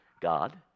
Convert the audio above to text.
God